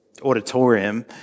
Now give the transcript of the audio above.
auditorium